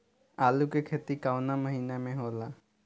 आलू के खेती कवना महीना में होला?